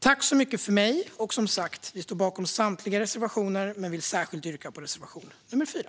Vi står, som sagt, bakom samtliga våra reservationer, men vi vill särskilt yrka bifall till reservation nr 4.